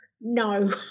No